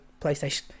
PlayStation